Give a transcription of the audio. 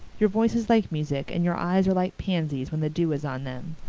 your voice is like music and your eyes are like pansies when the dew is on them.